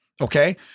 okay